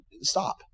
stop